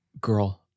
girl